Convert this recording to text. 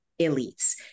elites